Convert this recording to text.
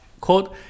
quote